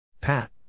Pat